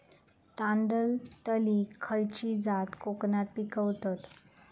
तांदलतली खयची जात कोकणात पिकवतत?